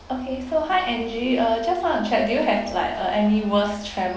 okay so hi angie uh just want to check do you have like uh any worse travel